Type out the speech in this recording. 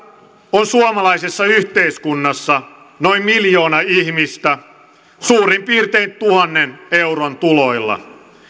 on suomalaisessa yhteiskunnassa noin miljoona ihmistä suurin piirtein tuhannen euron tuloilla